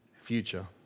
future